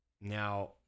Now